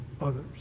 others